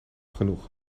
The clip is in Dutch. genoeg